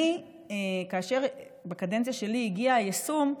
כאשר בקדנציה שלי הגיע היישום,